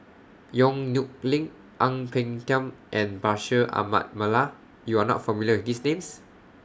Yong Nyuk Lin Ang Peng Tiam and Bashir Ahmad Mallal YOU Are not familiar with These Names